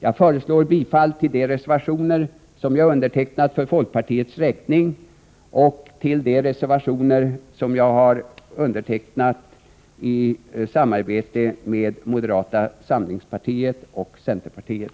Jag föreslår bifall till de reservationer som jag undertecknat för folkpartiets räkning och till de reservationer som jag har undertecknat i samarbete med moderata samlingspartiet och centerpartiet.